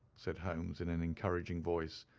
said holmes in an encouraging voice.